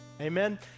Amen